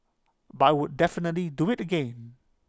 but would definitely do IT again